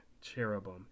cherubim